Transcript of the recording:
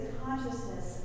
consciousness